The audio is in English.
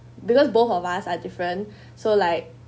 because both of us are different so like